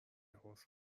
حوض